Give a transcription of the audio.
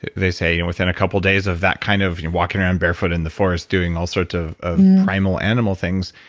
they say and within a couple days of that kind of walking around barefoot in the forest doing all sorts of of primal animal things,